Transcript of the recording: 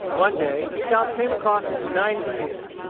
one day the scouts came across nine indians.